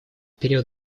период